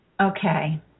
Okay